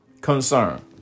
concern